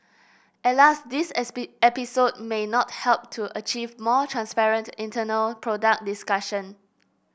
alas this episode may not help to achieve more transparent internal product discussion